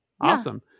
awesome